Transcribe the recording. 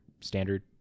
standard